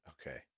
okay